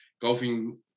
golfing